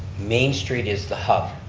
main street is the hub.